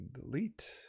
delete